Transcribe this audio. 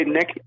Nick